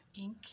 ink